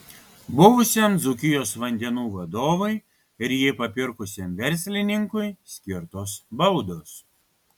buvusiam dzūkijos vandenų vadovui ir jį papirkusiam verslininkui skirtos baudos